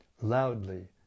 loudly